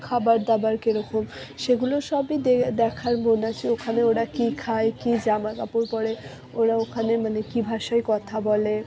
খাবার দাবার কীরকম সেগুলো সবই দে দেখার মন আছে ওখানে ওরা কী খায় কী জামা কাপড় পরে ওরা ওখানে মানে কী ভাষায় কথা বলে